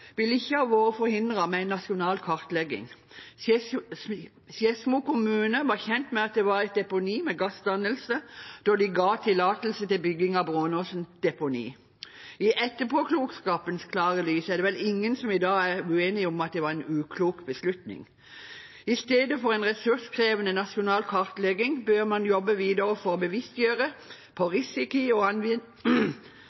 ikke ha vært forhindret med en nasjonal kartlegging. Skedsmo kommune var kjent med at det var et deponi med gassdannelse da de ga tillatelse til bygging av Brånåsen deponi. I etterpåklokskapens klare lys er det vel ingen som i dag er uenig i at det var en uklok beslutning. I stedet for en ressurskrevende nasjonal kartlegging bør man jobbe videre for å bevisstgjøre